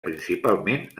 principalment